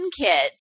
kids